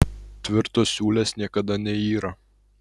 tvirtos siūlės niekada neyra